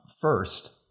First